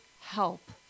help